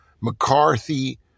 McCarthy